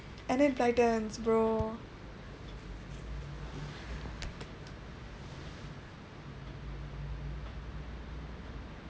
enid blytons bro